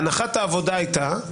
הנחת העבודה הייתה,